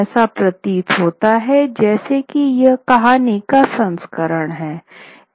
ऐसा प्रतीत होता है जैसा कि यह कहानी का संस्करण है